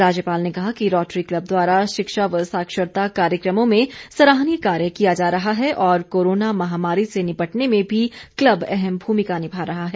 राज्यपाल ने कहा कि रोटरी क्लब द्वारा शिक्षा व साक्षरता कार्यकमों में सराहनीय कार्य किया जा रहा है और कोरोना महामारी से निपटने में भी क्लब अहम भूमिका निभा रहा है